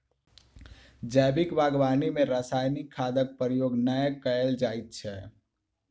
जैविक बागवानी मे रासायनिक खादक प्रयोग नै कयल जाइत छै